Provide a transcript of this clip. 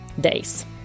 days